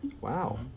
Wow